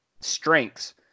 strengths